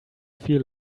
feel